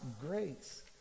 grace